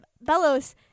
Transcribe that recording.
Bellows